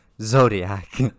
Zodiac